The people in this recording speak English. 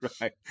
Right